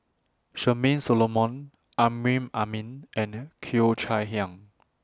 Charmaine Solomon Amrin Amin and Cheo Chai Hiang